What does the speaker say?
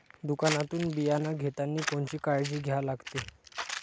दुकानातून बियानं घेतानी कोनची काळजी घ्या लागते?